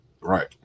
Right